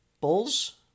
Bulls